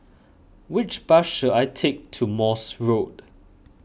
which bus should I take to Morse Road